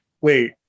wait